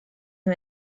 who